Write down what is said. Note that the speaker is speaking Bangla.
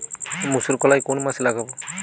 মুসুর কলাই কোন মাসে লাগাব?